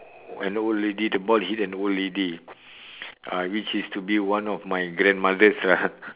an old lady the ball hit an old lady which is to be my grandmothers lah